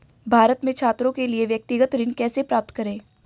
भारत में छात्रों के लिए व्यक्तिगत ऋण कैसे प्राप्त करें?